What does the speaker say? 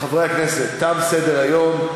חברי הכנסת, תם סדר-היום.